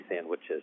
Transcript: sandwiches